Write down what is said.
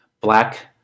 black